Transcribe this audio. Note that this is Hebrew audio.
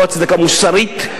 לא הצדקה מוסרית,